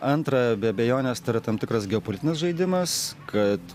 antra be abejonės tai yra tam tikras geopolitinis žaidimas kad